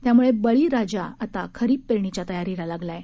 त्यामुळे बळीराजा आता खरीप पेरणीच्या तयारीला लागला आहे